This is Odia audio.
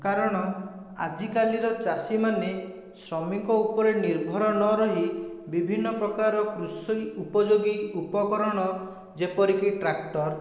କାରଣ ଆଜିକାଲିର ଚାଷୀମାନେ ଶ୍ରମିକ ଉପରେ ନିର୍ଭର ନ ରହି ବିଭିନ୍ନ ପ୍ରକାରର କୃଷି ଉପଯୋଗୀ ଉପକରଣ ଯେପରିକି ଟ୍ରାକ୍ଟର